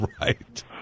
Right